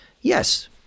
yes